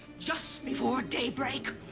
just before daybreak.